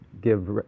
give